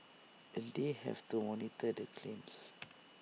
and they have to monitor the claims